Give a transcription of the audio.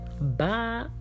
Bye